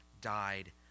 died